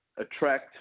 Attract